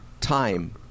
time